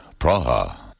Praha